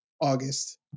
August